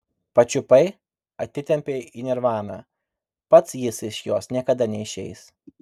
pačiupai atitempei į nirvaną pats jis iš jos niekada neišeis